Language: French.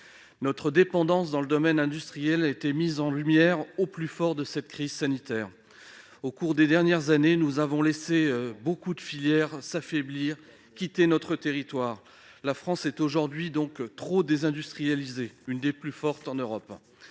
Notre dépendance dans le domaine industriel a été mise en lumière au plus fort de cette crise sanitaire. Au cours des dernières années, nous avons laissé beaucoup de filières s'affaiblir, quitter notre territoire. La France est donc l'un des pays les plus touchés par